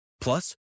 Plus